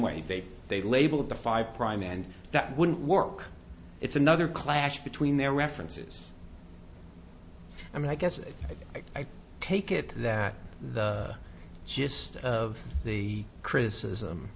way they labeled the five prime and that wouldn't work it's another clash between their references i mean i guess i take it that the gist of the criticism